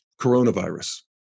coronavirus